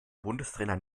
bundestrainer